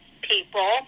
people